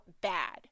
bad